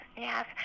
yes